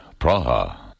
Praha